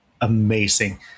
amazing